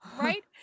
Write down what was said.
right